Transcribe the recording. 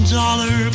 dollar